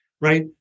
right